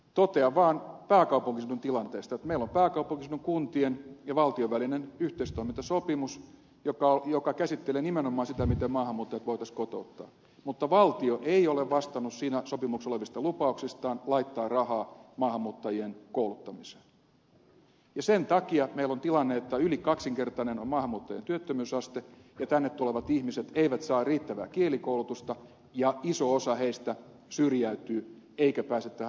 totean vaan pääkaupunkiseudun tilanteesta että meillä on pääkaupunkiseudun kuntien ja valtion välinen yhteistoimintasopimus joka käsittelee nimenomaan sitä miten maahanmuuttajat voitaisiin kotouttaa mutta valtio ei ole vastannut siinä sopimuksessa olevista lupauksistaan laittaa rahaa maahanmuuttajien kouluttamiseen ja sen takia meillä on tilanne että maahanmuuttajien työttömyysaste on yli kaksinkertainen ja tänne tulevat ihmiset eivät saa riittävää kielikoulutusta ja iso osa heistä syrjäytyy eikä pääse tähän yhteiskuntaan kiinni